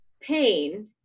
pain